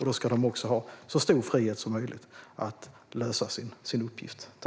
Då ska de också ha så stor frihet som möjligt att lösa sin uppgift.